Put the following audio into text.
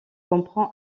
comprend